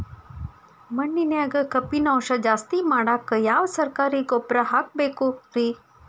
ಮಣ್ಣಿನ್ಯಾಗ ಕಬ್ಬಿಣಾಂಶ ಜಾಸ್ತಿ ಮಾಡಾಕ ಯಾವ ಸರಕಾರಿ ಗೊಬ್ಬರ ಹಾಕಬೇಕು ರಿ?